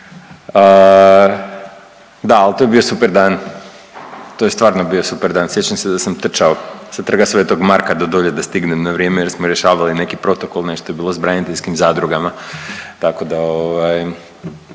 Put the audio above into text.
Da, ali to je bio super dan. To je stvarno bio super dan. Sjećam se da sam trčao sa Trga Sv. Marka do dolje da stignem na vrijeme jer smo rješavali neki protokol, nešto je bilo sa braniteljskim zadrugama, tako da